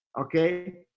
okay